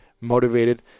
motivated